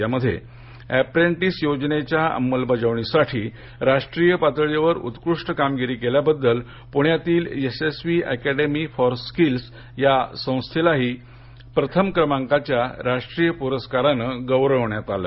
यामध्ये अप्रेंटीस योजनेच्या अंमलबजावणीसाठी राष्ट्रीय पातळीवर उत्कृष्ट कामगिरी केल्याबद्दल पुण्यातील यशस्वी अकॅडमी फॉर स्किल्स या संस्थेलाही प्रथम क्रमांकाच्या राष्ट्रीय पुरस्काराने गौरवण्यात आले